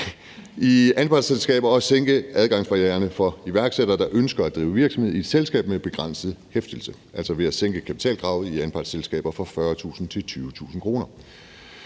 i anpartsselskaber og sænke adgangsbarriererne for iværksættere, der ønsker at drive virksomhed i et selskab med begrænset hæftelse, ved at sænke kapitalkravet i anpartsselskaber fra 40.000 til 20.000 kr.